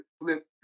flip